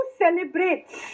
celebrates